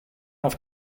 auf